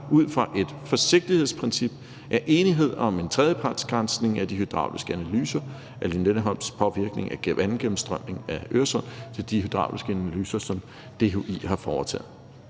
ud fra et forsigtighedsprincip er blevet enighed om en tredjepartsgranskning af de hydrauliske analyser af Lynetteholms påvirkning af vandgennemstrømningen i Øresund – det er de hydrauliske analyser, som DHI har foretaget.